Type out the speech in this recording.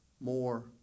more